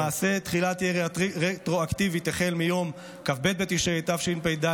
למעשה תחל רטרואקטיבית החל מיום כ"ב בתשרי התשפ"ד.